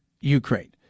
Ukraine